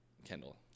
Kendall